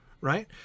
right